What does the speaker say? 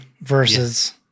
versus